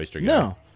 no